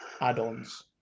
add-ons